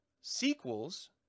sequels